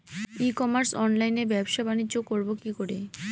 ই commerce অনলাইনে ব্যবসা বানিজ্য করব কি করে?